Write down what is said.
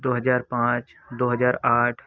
दो हज़ार पाँच दो हज़ार आठ